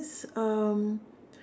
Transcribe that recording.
um